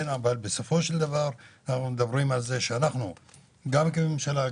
אנחנו לא צריכים לחזק את הרצליה,